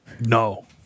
No